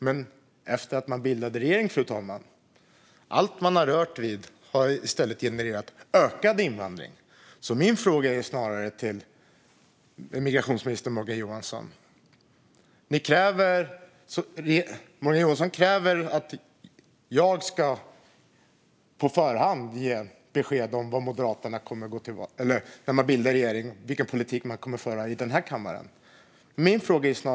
Men efter att man bildade regering har allt man har rört vid i stället genererat ökad invandring. Morgan Johansson kräver att jag på förhand ska ge besked om vilken politik Moderaterna kommer att föra i den här kammaren när vi bildar regering.